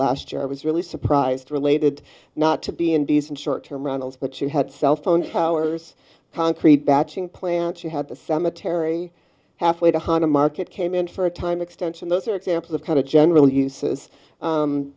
last year i was really surprised related not to be in decent short term runnels but you had cell phone towers concrete batching plant you had the cemetery half way to han a market came in for a time extension those are examples of kind of general uses